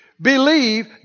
believe